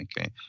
Okay